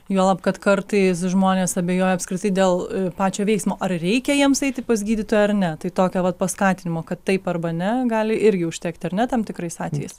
juolab kad kartais žmonės abejoja apskritai dėl pačio veiksmo ar reikia jiems eiti pas gydytoją ar ne tai tokio vat paskatinimo kad taip arba ne gali irgi užtekti ar ne tam tikrais atvejais